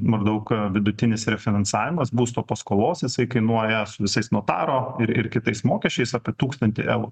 maždaug vidutinis refinansavimas būsto paskolos jisai kainuoja su visais notaro ir ir kitais mokesčiais apie tūkstantį eurų